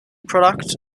product